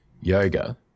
yoga